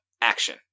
action